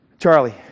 Charlie